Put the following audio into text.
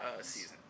season